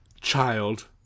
Child